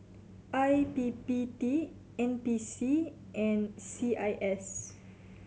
I P P T N P C and C I S